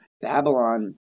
Babylon